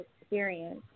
experience